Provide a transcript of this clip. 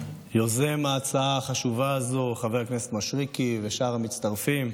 יוזם ההצעה החשובה הזו חבר הכנסת מישרקי ושאר המצטרפים,